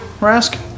rask